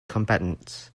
combatants